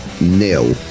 nil